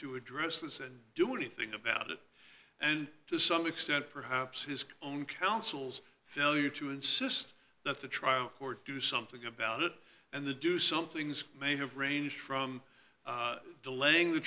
to address this and do anything about it and to some extent perhaps his own counsel's failure to insist that the trial court do something about it and the do somethings may have ranged from delaying the